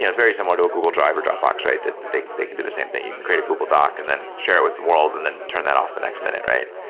yeah very similar to a google drive or dropbox, that they they can do the same thing. you can create a google doc and then share it with the world and then turn that off the next minute, right?